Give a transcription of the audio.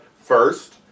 first